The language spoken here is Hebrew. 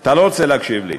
אתה לא רוצה להקשיב לי.